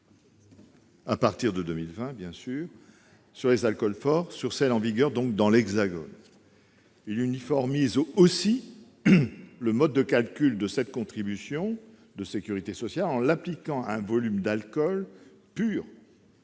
outre-mer sur les alcools forts sur celle qui en vigueur dans l'Hexagone. Il uniformise aussi le mode de calcul de cette contribution de sécurité sociale en l'appliquant à un volume d'alcool pur